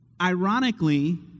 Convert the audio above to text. ironically